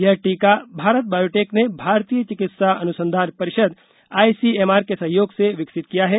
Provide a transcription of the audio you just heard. यह टीका भारत बायोटेक ने भारतीय चिकित्सा अनुसंधान परिषद आईसीएमआर के सहयोग से विकसित किया है